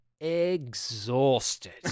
exhausted